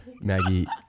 Maggie